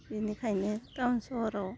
बिनिखायनो टाउन सहराव